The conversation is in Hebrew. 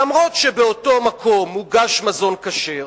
אף-על-פי שבאותו מקום מוגש מזון כשר,